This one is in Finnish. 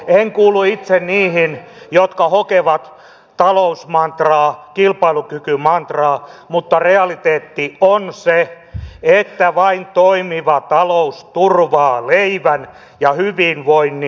en kuulu itse niihin jotka hokevat talousmantraa kilpailukykymantraa mutta realiteetti on se että vain toimiva talous turvaa leivän ja hyvinvoinnin